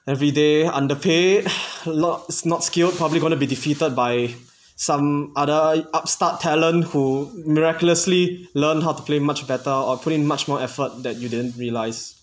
everyday underpaid lot not skilled probably gonna be defeated by some other upstart talent who miraculously learn how to play much better or put in much more effort that you didn't realize